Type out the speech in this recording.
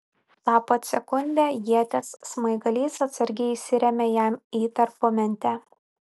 tą pat sekundę ieties smaigalys atsargiai įsirėmė jam į tarpumentę